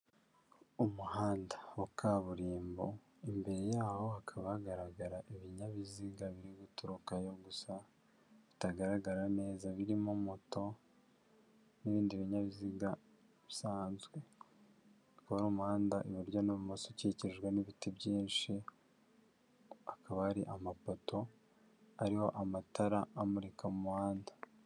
Umuhanda wa kaburimbo imbere yaho hakaba hagaragara ibinyabiziga biri guturukayo gusa bitagaragara neza birimo moto n'ibindi binyabiziga bisanzwe, ubona ko ari umuhanda iburyo n'ibumoso ukikijwe n'ibiti byinshi, hakaba hari amapoto ariho amatara amurika mu muhanda.